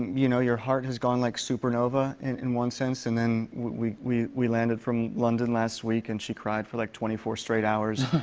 you know, your heart has gone, like, supernova in one sense. and then we we landed from london last week, and she cried for like twenty four straight hours.